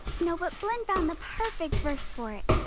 no, but blynn found the perfect verse for it.